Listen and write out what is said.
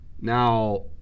Now